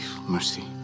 mercy